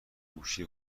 گوشی